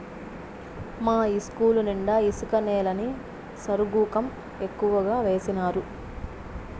మా ఇస్కూలు నిండా ఇసుక నేలని సరుగుకం ఎక్కువగా వేసినారు